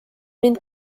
mind